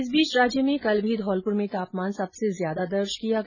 इस बीच राज्य में कल भी धौलपुर में तापमान सबसे ज्यादा दर्ज किया गया